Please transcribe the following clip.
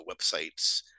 websites